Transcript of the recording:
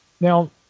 Now